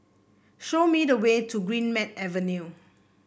show me the way to Greenmead Avenue